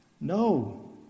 No